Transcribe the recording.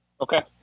Okay